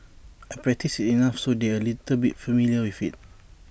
I practice enough so they're A little bit familiar with IT